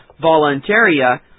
voluntaria